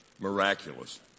miraculous